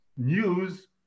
news